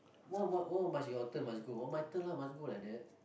what what what must your turn must go oh my turn lah must go like that